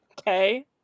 Okay